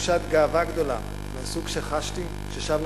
תחושת גאווה גדולה מהסוג שחשתי כששבנו